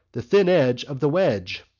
the thin edge of the wedge,